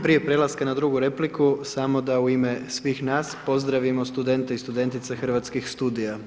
Prije prelaska na drugu repliku, samo da u ime svih nas pozdravimo studente i studentice Hrvatskih studija.